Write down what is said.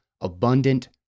abundant